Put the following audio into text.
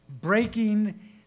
breaking